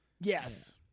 Yes